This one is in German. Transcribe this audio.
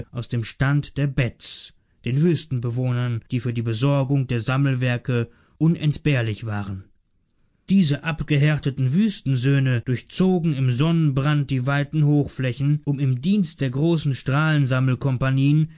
aus dem stand der beds den wüstenbewohnern die für die besorgung der sammelwerke unentbehrlich waren diese abgehärteten wüstensöhne durchzogen im sonnenbrand die weiten hochflächen um im dienst der großen